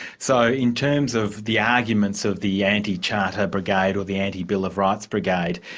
so in terms of the arguments of the anti-charter brigade or the anti-bill of rights brigade,